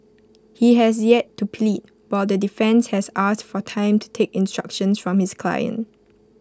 he has yet to plead while the defence has asked for time to take instructions from his client